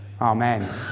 Amen